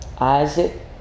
Isaac